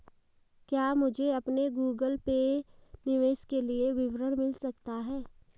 क्या मुझे अपने गूगल पे निवेश के लिए विवरण मिल सकता है?